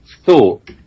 Thought